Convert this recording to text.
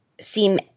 seem